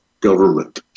government